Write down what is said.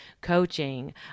coaching